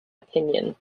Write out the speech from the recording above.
opinion